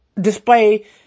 display